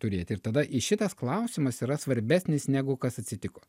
turėti ir tada šitas klausimas yra svarbesnis negu kas atsitiko